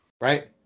Right